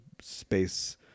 space